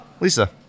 Lisa